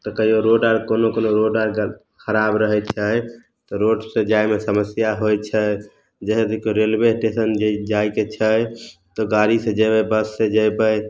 तऽ कहियौ रोड आर कोनो कोनो रोड आर खराब रहै छै तऽ रोड से जाइमे समस्या होइत छै जहए देखियौ रेलवे स्टेशन जाइके छै तऽ गाड़ी से जैबै बस से जयबै